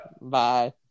Bye